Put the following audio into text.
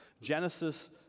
Genesis